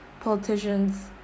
politicians